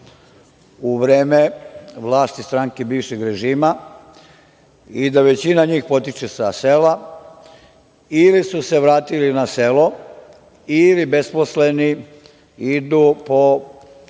u vreme vlasti stranke bivšeg režima i da većina njih potiče sa sela ili su se vratili na selo ili besposleni idu po